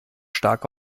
stark